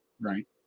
right